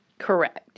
Correct